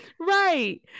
Right